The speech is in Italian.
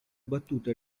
battuta